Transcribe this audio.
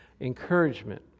encouragement